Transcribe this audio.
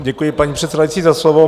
Děkuji, paní předsedající, za slovo.